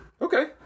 Okay